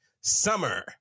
Summer